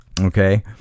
Okay